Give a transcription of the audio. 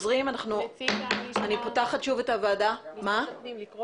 מחדשת את ישיבת ועדת הפנים.